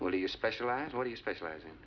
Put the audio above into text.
what do you specialize what do you specialize in